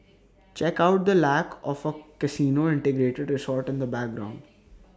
check out the lack of A casino integrated resort in the background